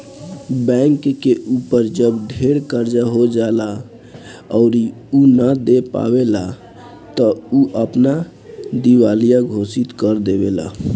bank के ऊपर जब ढेर कर्जा हो जाएला अउरी उ ना दे पाएला त उ अपना के दिवालिया घोषित कर देवेला